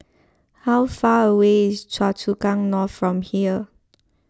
how far away is Choa Chu Kang North from here